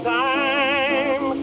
time